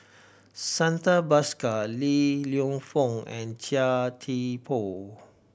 Santha Bhaskar Li Lienfung and Chia Thye Poh